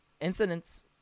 incidents